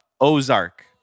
Ozark